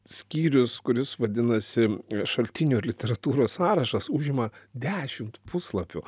skyrius kuris vadinasi šaltinių literatūros sąrašas užima dešimt puslapių